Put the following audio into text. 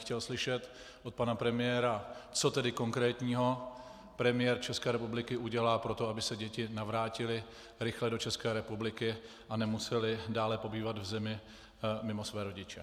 Chtěl bych slyšet od pana premiéra, co tedy konkrétního premiér České republiky udělá pro to, aby se děti navrátily rychle do České republiky a nemusely dále pobývat v zemi mimo své rodiče.